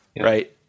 right